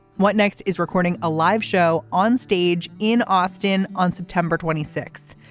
what next is recording a live show on stage in austin on september twenty six.